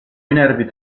nervi